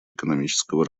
экономического